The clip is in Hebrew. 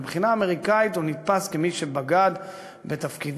מבחינה אמריקנית הוא נתפס כמי שבגד בתפקידו,